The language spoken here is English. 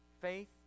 Faith